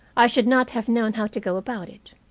i should not have known how to go about it.